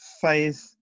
faith